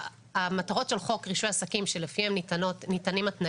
המטרות של חוק רישוי עסקים שלפיהן ניתנים התנאים